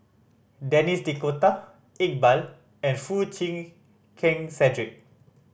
Denis D'Cotta Iqbal and Foo Chee Keng Cedric